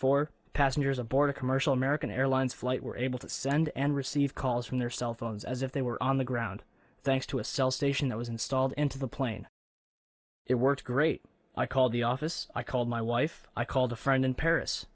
four passengers aboard a commercial american airlines flight were able to send and receive calls from their cell phones as if they were on the ground thanks to a cell station that was installed into the plane it works great i called the office i called my wife i called a friend in paris